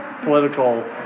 political